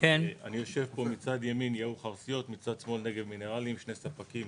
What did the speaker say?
יושב פה כשלימיני יושב-ראש "חרסיות" ומצד שני "נגב מינרלים" שני ספקים